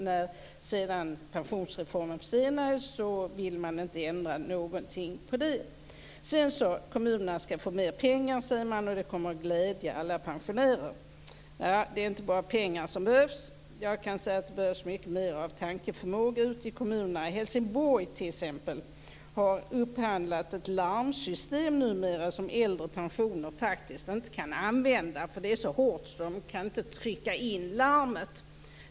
När pensionsreformen nu försenas vill man inte ändra på något. Man säger att kommunerna skall få mer pengar, och det kommer att glädja alla pensionärer. Det är inte bara pengar som behövs. Det behövs mer av tankeförmåga i kommunerna. Helsingborg har upphandlat ett larmsystem som äldre pensionärer inte kan använda. Konstruktionen är så hård att det inte går att trycka in larmet.